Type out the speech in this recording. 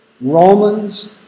Romans